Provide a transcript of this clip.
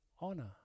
honor